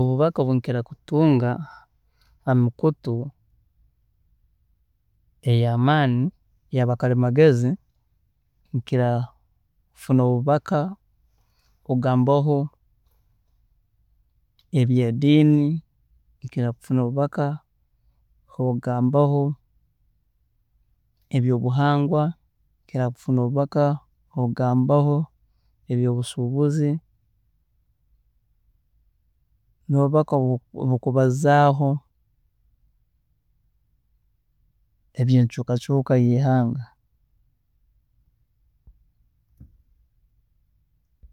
﻿Obubaka obu nkira kutunga hamikutu eyamaani, eyaaba karimagezi nkira kufuna obubaka obugambaho eby'ediini, nkira kufuna obubaka obugambaho ebyobuhangwa, nkira kufunaho obubaka obugambaho ebyobusuubuzi, nobubaka obukubazaaho ebyencuuka cuuka yeihanga